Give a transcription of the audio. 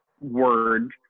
word